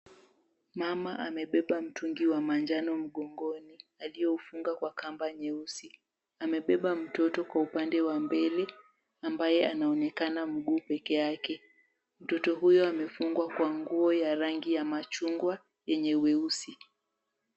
Mama amebeba mtungi wa manjano mgongoni aliyoifunga kwa kamba nyeusi. Amebeba mtoto kwa upande wa mbele ambaye anaonekana mguu peke yake , mtoto huyo amefungwa kwa nguo ya rangi ya machungwa yenye weusi.